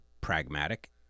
pragmatic